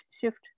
shift